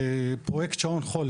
פרויקט "שעון חול",